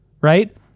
right